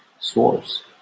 source